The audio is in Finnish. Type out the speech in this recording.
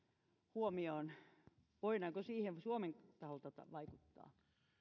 huomioon voidaanko siihen suomen taholta vaikuttaa